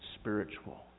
spiritual